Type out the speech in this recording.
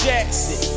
Jackson